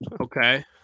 Okay